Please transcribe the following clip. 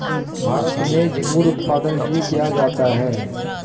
भारत में झींगुर उत्पादन भी किया जाता है